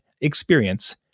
experience